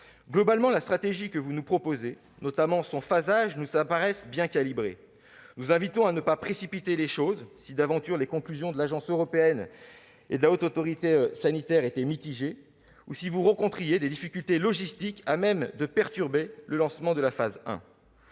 Globalement, la stratégie que vous nous proposez, notamment son phasage, nous apparaît bien calibrée. Nous vous invitons à ne pas précipiter les choses, si d'aventure les conclusions de l'Agence européenne et de la HAS étaient mitigées, ou si vous rencontriez des difficultés logistiques à même de perturber le lancement de la première